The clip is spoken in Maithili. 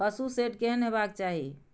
पशु शेड केहन हेबाक चाही?